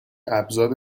ابزار